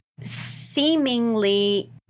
seemingly